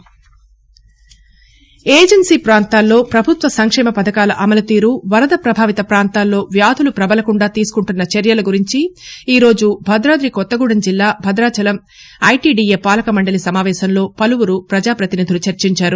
Bhadradri Kothagudem agency ప్రాంతాల్లో పభుత్వ సంక్షేమ పథకాల అమలు తీరు వరద పభావిత పాంతాల్లో వ్యాధులు ప్రబలకుండా తీసుకుంటున్న చర్యల గురించి ఈరోజు భద్రాది కొత్తగూడెం జిల్లా భదాచలం ఐటీడీఏ పాలకమండలి సమావేశంలో పలువురు పజాపతినిధులు చర్చించారు